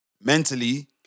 mentally